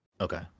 Okay